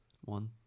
One